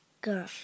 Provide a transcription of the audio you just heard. girl